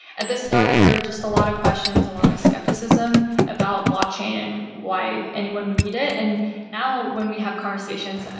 at the start, there are just a lot of questions, a lot of skepticism about blockchain and why anyone would need it. and now, when we have conversations,